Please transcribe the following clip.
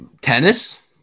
tennis